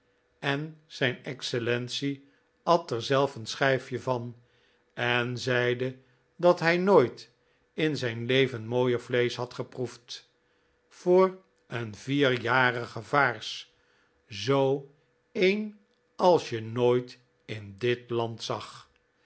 en zijn excellentie at er zelf een schijf je van en zeide dat hij nooit in zijn leven mooier vleesch had geproefd voor een vierjarige vaars zoo een als je nooit in dit land zag